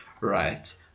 Right